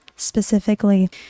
specifically